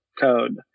code